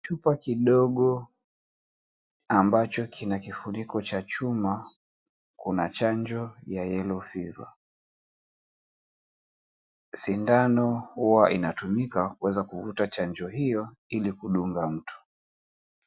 Chupa kidogo ambacho kina kifuniko cha chuma, kuna chanjo ya yellow fever ,sindano huwa inatumika kuweza kuvuta chanjo hiyo ila kudunga mtu.